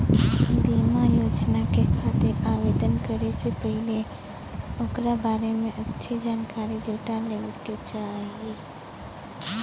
बीमा योजना के खातिर आवेदन करे से पहिले ओकरा बारें में अच्छी जानकारी जुटा लेवे क चाही